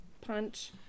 punch